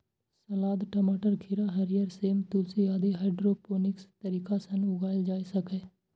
सलाद, टमाटर, खीरा, हरियर सेम, तुलसी आदि हाइड्रोपोनिक्स तरीका सं उगाएल जा सकैए